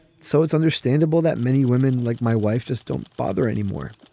so it's understandable that many women like my wife just don't bother anymore.